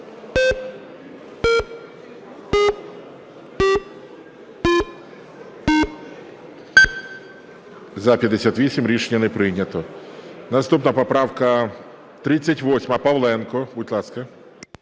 За-58 Рішення не прийнято. Наступна поправка 38. Павленко, будь ласка.